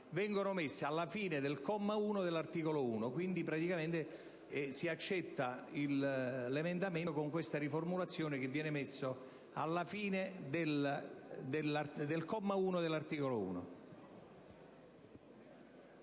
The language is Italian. vengono inserite alla fine del comma 1 dell'articolo 1. Quindi, si accoglie l'emendamento con questa riformulazione che viene collocata alla fine del comma 1 dell'articolo 1.